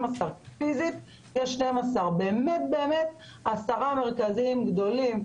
פיזית יש 12, באמת-באמת עשרה מרכזיים, גדולים.